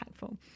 impactful